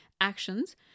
actions